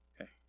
Okay